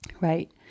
right